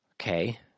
Okay